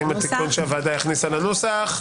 עם התיקון שהוועדה הכניסה לנוסח.